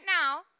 now